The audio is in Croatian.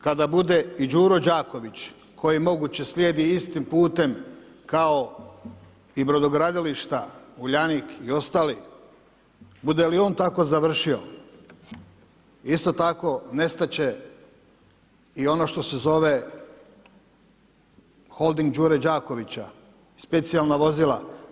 Kada bude i Đuro Đaković koji moguće slijedi istim putem kao i brodogradilišta Uljanik i ostali, bude li i on tako završio, isto tako nestat će i ono što se zove Holding Đure Đakovića specijalna vozila.